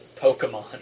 Pokemon